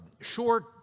short